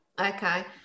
okay